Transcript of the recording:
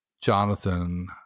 Jonathan